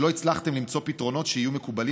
שלא הצלחתם למצוא פתרונות שיהיו מקובלים